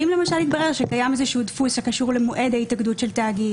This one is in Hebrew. ואם למשל יתברר שקיים איזה שהוא דפוס שקשור למועד ההתאגדות של תאגיד,